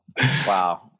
Wow